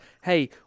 hey